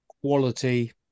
quality